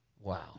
Wow